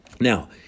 Now